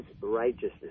righteousness